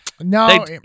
No